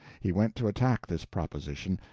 he went to attack this proposition,